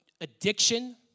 addiction